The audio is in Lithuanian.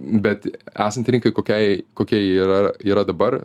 bet esant rinkai kokiai kokia ji yra yra dabar